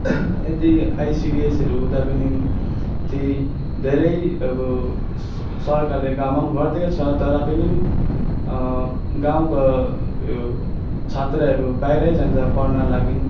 यति आइसिडिएसहरू हुँदा पनि यति धेरै अब सरकारले गाउँमा पनि गरिदिएको छ तर पनि गाउँको उयो छात्रहरू बाहिरै जान्छ पढ्न लागि